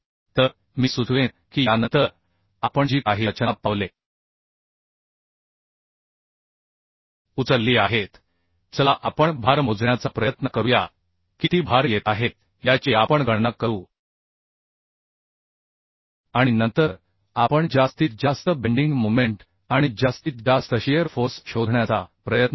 तर मी सुचवेन की यानंतर आपण जी काही रचना पावले उचलली आहेत चला आपण भार मोजण्याचा प्रयत्न करूया किती भार येत आहेत याची आपण गणना करू आणि नंतर आपण जास्तीत जास्त बेंडिंग मोमेंट आणि जास्तीत जास्त शिअर फोर्स शोधण्याचा प्रयत्न करू